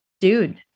dude